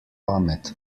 pamet